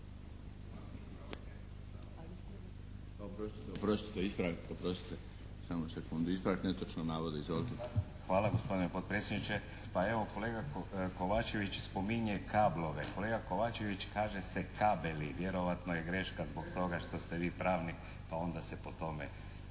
Hvala gospodine potpredsjedniče. Pa evo kolega Kovačević spominje kablove. Kolega Kovačević kaže se kabeli, vjerojatno je greška zbog toga što ste vi pravnik pa onda se po tome